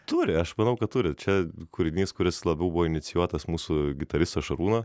turi aš manau kad turi čia kūrinys kuris labiau buvo inicijuotas mūsų gitaristo šarūno